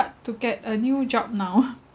hard to get a new job now